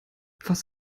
was